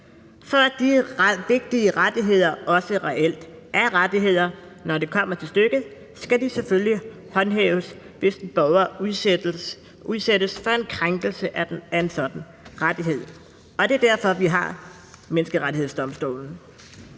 For at vigtige rettigheder også reelt er rettigheder, når det kommer til stykket, skal de selvfølgelig håndhæves, hvis en borger udsættes for en krænkelse af en sådan rettighed. Det er derfor, vi har Menneskerettighedsdomstolen.